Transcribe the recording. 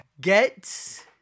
Get